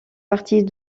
partie